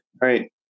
right